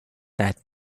that